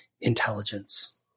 intelligence